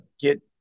get